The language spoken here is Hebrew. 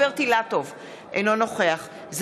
אינו נוכח רוברט אילטוב,